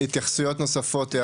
התייחסויות נוספות, הערות?